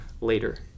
later